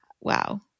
Wow